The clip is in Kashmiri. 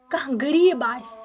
کانٛہہ غریٖب آسہِ